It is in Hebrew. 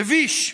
מביש.